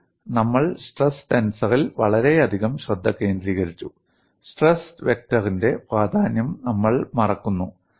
എന്നാൽ നമ്മൾ സ്ട്രെസ് ടെൻസറിൽ വളരെയധികം ശ്രദ്ധ കേന്ദ്രീകരിച്ചു സ്ട്രെസ് വെക്ടറിന്റെ പ്രാധാന്യം നമ്മൾ മറക്കുന്നു